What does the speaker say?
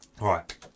Right